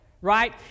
Right